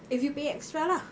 if you pay extra lah